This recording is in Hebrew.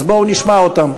אז בואו נשמע אותם.